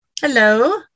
Hello